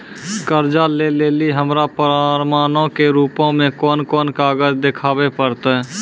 कर्जा लै लेली हमरा प्रमाणो के रूपो मे कोन कोन कागज देखाबै पड़तै?